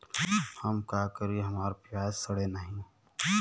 हम का करी हमार प्याज सड़ें नाही?